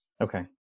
okay